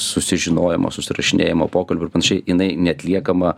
susižinojimo susirašinėjimo pokalbių ir panašiai jinai neatliekama